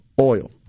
oil